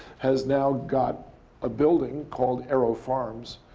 has now got a building called aerofarms,